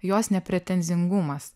jos nepretenzingumas